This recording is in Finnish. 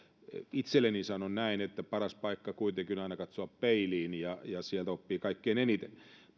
itselleni sanon näin että paras paikka kuitenkin on aina katsoa peiliin ja sieltä oppii kaikkein eniten